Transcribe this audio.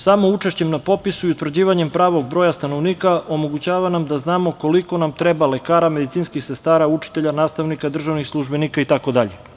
Samo učešćem na popisu i utvrđivanjem pravog broja stanovnika omogućava nam da znamo koliko nam treba lekara, medicinskih sestara, učitelja, nastavnika, državnih službenika itd.